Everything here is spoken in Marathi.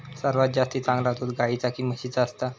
सर्वात जास्ती चांगला दूध गाईचा की म्हशीचा असता?